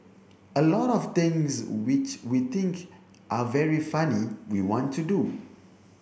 a lot of things which we think are very funny we want to do